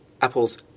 Apple's